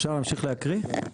אפשר להמשיך להקריא?